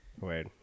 Wait